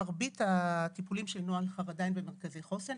מרבית הטיפולים של נוהל חרדה הם במרכזי חוסן.